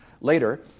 later